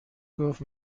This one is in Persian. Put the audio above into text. گفت